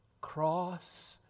cross